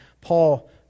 Paul